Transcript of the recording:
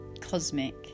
cosmic